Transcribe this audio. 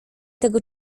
tego